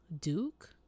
Duke